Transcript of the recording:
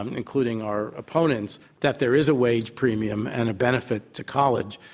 um including our opponents, that there is a wage premium and a benefit to college.